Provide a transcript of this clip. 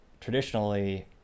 traditionally